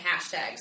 hashtags